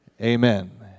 Amen